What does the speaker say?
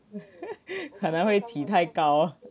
可能会起太高